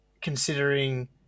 considering